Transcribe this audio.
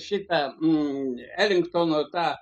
šitą elingtono tą